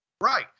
Right